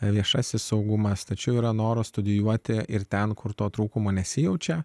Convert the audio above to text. viešasis saugumas tačiau yra noras studijuoti ir ten kur to trūkumo nesijaučia